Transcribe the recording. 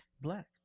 black